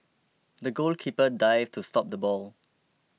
the goalkeeper dived to stop the ball